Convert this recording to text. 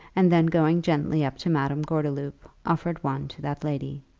and then going gently up to madame gordeloup, offered one to that lady.